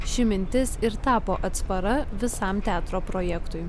ši mintis ir tapo atsvara visam teatro projektui